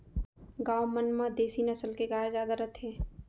गॉँव मन म देसी नसल के गाय जादा रथे